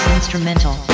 instrumental